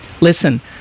Listen